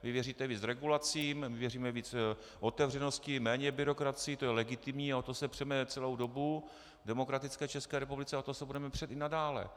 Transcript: Vy věříte více regulacím, my věříme více otevřenosti, méně byrokracii, to je legitimní, a o to se přeme celou dobu v demokratické České republice a o to se budeme přít i nadále.